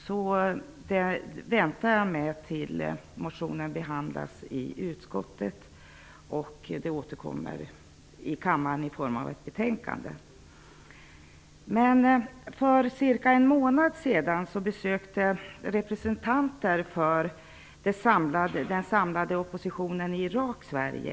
Jag väntar därför med mina kommentarer till dess att motionen behandlas i utskottet och ärendet läggs fram för kammaren i form av ett betänkande. För ca en månad sedan besökte representanter för den samlade oppositionen i Irak Sverige.